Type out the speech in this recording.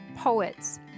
poets